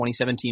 2017